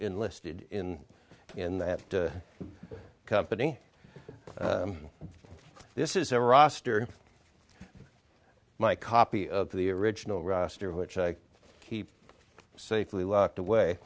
enlisted in in that company this is a roster my copy of the original roster of which i keep safely locked away